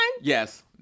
Yes